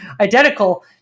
identical